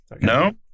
No